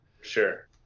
sure